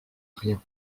rien